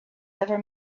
ever